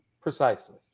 precisely